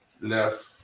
Left